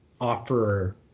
offer